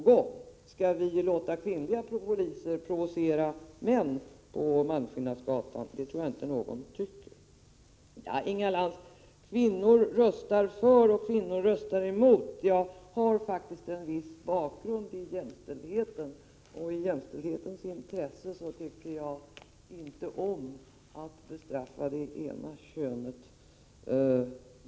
Skall vi låta kvinnliga poliser, som spelar rollen av prostituerade, provocera män på Malmskillnadsgatan? Det tror jag inte att någon tycker. Inga Lantz säger att det främst är kvinnor som röstar för en kriminalisering av köp av sexuella tjänster. Jag har faktiskt en bakgrund i jämställdhetsarbete, och i jämställdhetens intresse tycker jag inte att enbart det ena könet skall bestraffas vid sexuell handel.